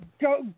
go